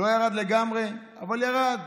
לא ירד לגמרי, אבל ירד.